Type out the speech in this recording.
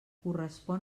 correspon